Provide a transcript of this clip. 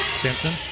Simpson